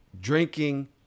drinking